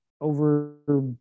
over